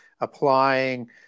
applying